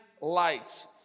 lights